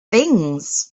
things